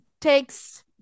takes